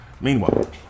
Meanwhile